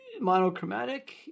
monochromatic